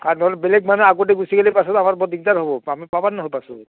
আ নহ'লে বেলেগ মানুহ আগতে গুচি গ'লে পাছত আমাৰ বৰ দিগদাৰ হ'ব আমি পাবা নহৈ পাছত